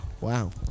Wow